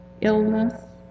illness